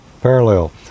parallel